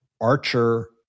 archer